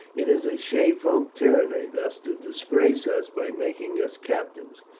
it is a shameful tyranny thus to disgrace us by making us captives.